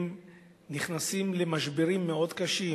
נכנסות למשברים מאוד קשים,